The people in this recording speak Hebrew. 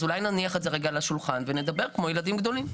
אז אולי נניח את זה רגע על השולחן ונדבר כמו ילדים גדולים,